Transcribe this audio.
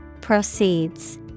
Proceeds